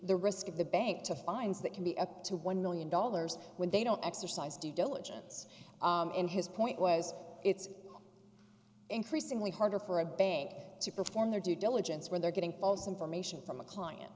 the risk of the bank to fines that can be a two one million dollars when they don't exercise due diligence in his point was it's increasingly harder for a bank to perform their due diligence when they're getting false information from a client